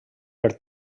per